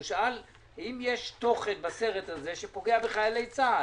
הוא שאל האם יש תוכן בסרט הזה שפוגע בחיילי צה"ל.